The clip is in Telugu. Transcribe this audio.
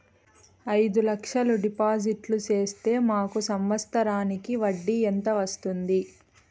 అయిదు లక్షలు డిపాజిట్లు సేస్తే మాకు సంవత్సరానికి వడ్డీ ఎంత వస్తుంది?